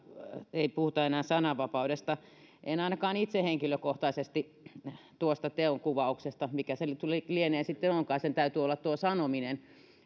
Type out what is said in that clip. ei puhuta enää sananvapaudesta en ainakaan itse henkilökohtaisesti tuosta teonkuvauksesta mikä se sitten lieneekään sen täytyy olla tuo sanominen